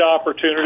opportunity